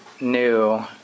new